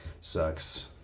Sucks